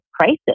crisis